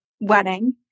wedding